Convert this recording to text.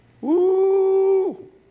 Woo